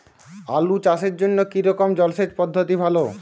আলু চাষের জন্য কী রকম জলসেচ পদ্ধতি ভালো?